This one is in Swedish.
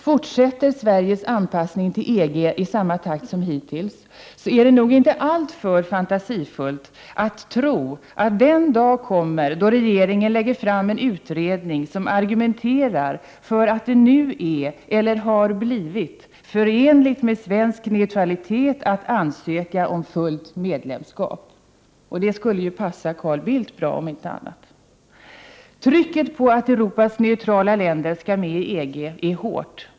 Fortsätter Sveriges anpassning till EG i samma takt som hittills är det nog inte alltför fantasifullt att tro att den dag kommer då regeringen lägger fram en utredning, som argumenterar för att det nu är eller har blivit förenligt med svensk neutralitet att ansöka om fullt medlemskap. Det skulle om inte annat passa Carl Bildt bra. Trycket på att Europas neutrala länder skall med i EG är hårt.